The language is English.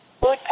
food